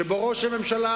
כאשר ראש הממשלה,